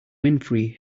winfrey